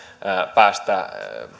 päästä